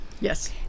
Yes